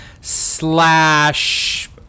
slash